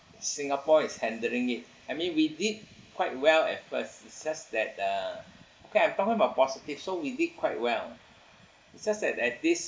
singapore is handling it I mean we did quite well at first it's just that uh okay I'm talking about positive so we did quite well it's just that at this